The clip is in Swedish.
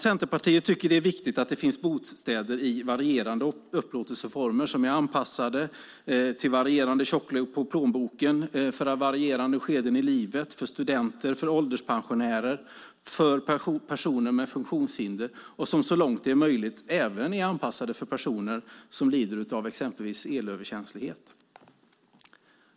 Centerpartiet tycker att det är viktigt att det finns bostäder med varierade upplåtelseformer som är anpassade till varierande tjocklek på plånboken och för skeden i livet: för studenter, ålderspensionärer, personer med funktionshinder och så långt det är möjligt även för personer som lider av exempelvis elöverkänslighet.